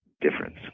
difference